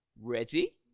Ready